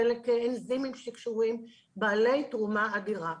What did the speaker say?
חלק אנזימים שקשורים וכולם בעלי תרומה אדירה.